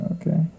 Okay